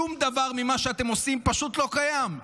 שום דבר ממה שאתם עושים פשוט לא קיים,